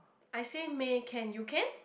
I say may can you can